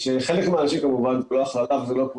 של חלק מהאנשים כמובן, זה לא כולם,